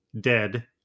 dead